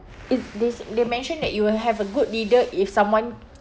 it this they mentioned that you will have a good leader if someone